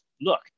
look